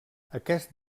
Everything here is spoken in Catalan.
aquest